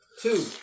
Two